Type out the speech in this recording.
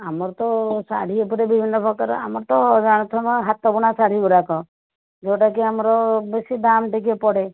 ଆମର ତ ଶାଢ଼ୀ ଏପଟେ ବିଭିନ୍ନ ପ୍ରକାର ଆମର ତ ଜାଣୁଥିବ ହାତବୁଣା ଶାଢ଼ୀ ଗୁଡ଼ାକ ଯୋଉଟାକି ଆମର ବେଶୀ ଦାମ୍ ଟିକିଏ ପଡ଼େ